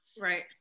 Right